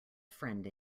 friend